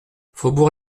faubourg